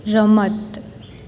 રમત